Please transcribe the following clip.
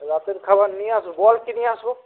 রাতের খাবার নিয়ে আসব বল কী নিয়ে আসব